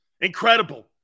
Incredible